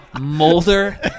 Molder